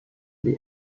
the